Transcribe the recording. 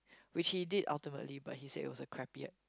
which he did ultimately but he said it was a crappy act~